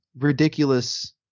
ridiculous